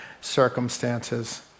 circumstances